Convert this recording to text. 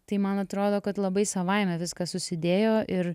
tai man atrodo kad labai savaime viskas susidėjo ir